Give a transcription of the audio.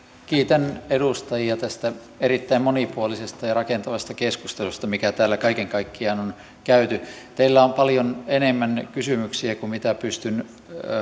kiitän edustajia tästä erittäin monipuolisesta ja rakentavasta keskustelusta mikä täällä kaiken kaikkiaan on käyty teillä on paljon enemmän kysymyksiä kuin mihin pystyn